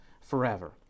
forever